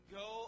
go